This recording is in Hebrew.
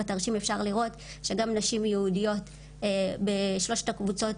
בתרשים אפשר לראות שגם נשים יהודיות בשלושת הקבוצות,